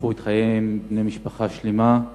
שקיפחו בה את חייהם בני משפחה שלמה.